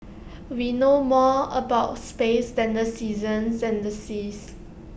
we know more about space than the seasons than the seas